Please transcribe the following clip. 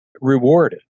rewarded